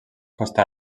costa